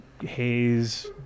haze